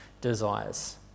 desires